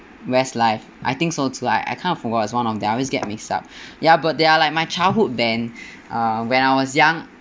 Westlife I think so too I I kind of forgot was one of them I always get mixed up ya but they are like my childhood band um when I was young